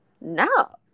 no